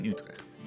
Utrecht